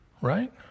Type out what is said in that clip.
Right